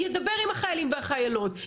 ידבר עם החיילים והחיילות,